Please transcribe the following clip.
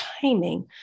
timing